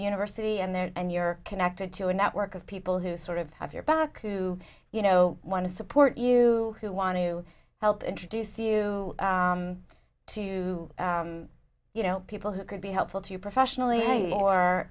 university and there and you're connected to a network of people who sort of have your back who you know want to support you who want to help introduce you to you know people who could be helpful to you professionally